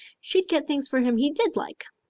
she'd get things for him he did like.